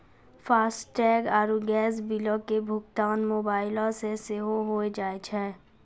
FASTag आरु gas बिलो के भुगतान मोबाइलो से सेहो होय जाय छै